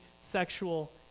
sexual